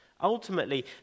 Ultimately